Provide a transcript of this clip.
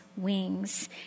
Wings